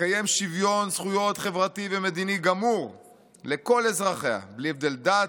תקיים שוויון זכיות חברתי ומדיני גמור לכל אזרחיה בלי הבדל דת,